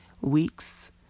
weeks